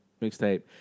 mixtape